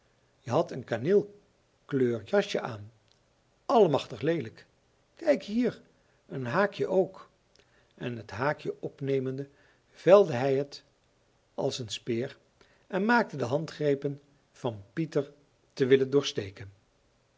je hadt een kaneelkleur jasje aan allemachtig leelijk kijk hier een haakje ook en het haakje opnemende velde hij het als een speer en maakte de handgrepen van pieter te willen doorsteken